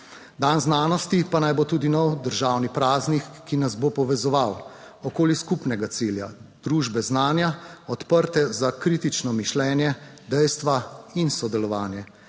Dan znanosti pa naj bo tudi nov državni praznik, ki nas bo povezoval okoli skupnega cilja: družbe znanja, odprte za kritično mišljenje, dejstva in sodelovanje.